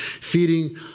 feeding